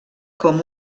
com